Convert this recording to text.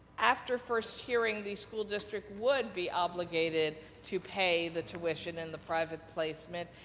after first hearing these school districts would be obligated to pay the tuition in the private placement,